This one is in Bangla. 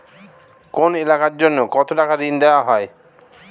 কোন এলাকার জন্য কত টাকা ঋণ দেয়া হয়?